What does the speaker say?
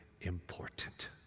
important